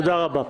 תודה רבה.